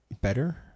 better